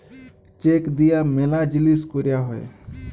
check দিয়া ম্যালা জিলিস ক্যরা হ্যয়ে